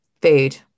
Food